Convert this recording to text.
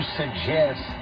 suggest